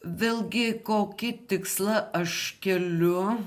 vėlgi kokį tikslą aš keliu